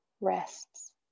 rests